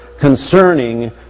concerning